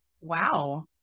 Wow